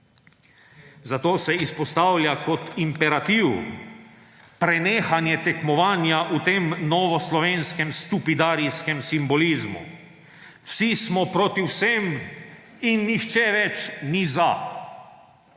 zato se izpostavlja kot imperativ prenehanje tekmovanja v tem novoslovenskem stupidarijskem simbolizmu. Vsi smo proti vsem in nihče več ni za.